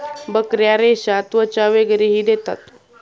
बकऱ्या रेशा, त्वचा वगैरेही देतात